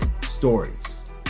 stories